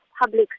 public